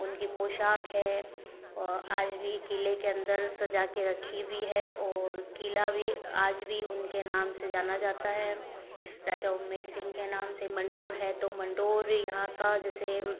उनकी पोशाक है और आज भी किले के अंदर सजा के रखी हुई है और किला भी आज भी उनके नाम से जाना जाता है राजा उमेर सिंह के नाम से मंडोर है तो मंडोर यहाँ का जैसे